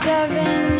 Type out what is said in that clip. Seven